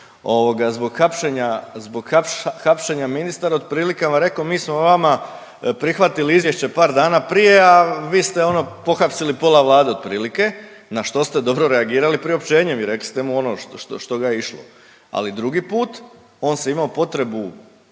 zbog hapšenja ministara otprilike vam rekao mi smo vama prihvatili izvješće par dana prije, a vi ste ono pohapsili pola Vlade otprilike na što ste dobro reagirali priopćenjem i rekli ste mu ono što ga je išlo. Ali drugi put on se imao potrebu